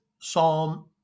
Psalm